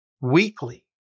weekly